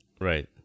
Right